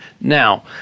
Now